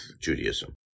Judaism